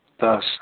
thus